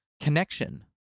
Connection